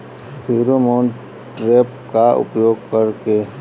Pheromone trap का उपयोग कर के?